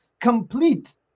complete